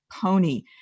pony